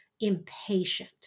impatient